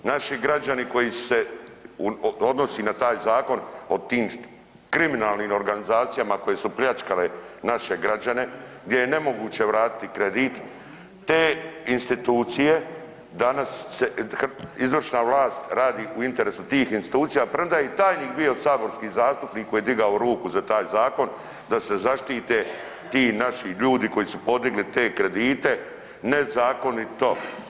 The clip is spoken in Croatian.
Naši građani koji se odnosi na taj zakon o tim kriminalnim organizacijama koje su pljačkale naše građane gdje je nemoguće vratiti kredit te institucije danas se, izvršna radi tih institucija premda je i tajnik bio saborski zastupnik koji je digao ruku za taj zakon, da se zaštite ti naši ljudi koji su podigli te kredite nezakonito.